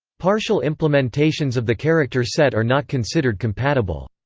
partial implementations of the character set are not considered compatible.